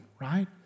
right